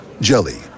Jelly